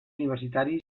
universitaris